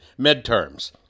midterms